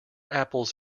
apples